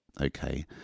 Okay